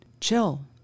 chill